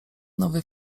nowy